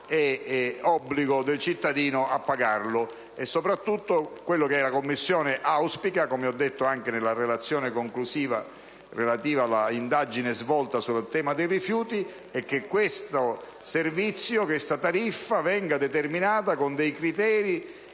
e obbligo del cittadino a pagarlo. Soprattutto quello che la Commissione auspica - come ho detto anche nella relazione conclusiva dell'indagine conoscitiva svolta sul tema dei rifiuti - è che questa tariffa venga determinata con criteri